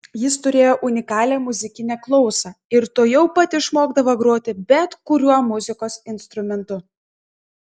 jis turėjo unikalią muzikinę klausą ir tuojau pat išmokdavo groti bet kuriuo muzikos instrumentu